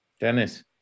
Dennis